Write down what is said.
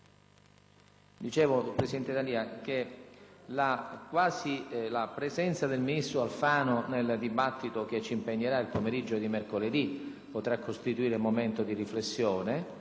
Dicevo, presidente D'Alia, che la presenza del ministro Alfano nel dibattito che ci impegnerà nel pomeriggio di mercoledì potrà costituire un momento di riflessione,